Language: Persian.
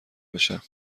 بشم